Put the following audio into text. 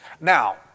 Now